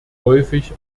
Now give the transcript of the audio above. häufig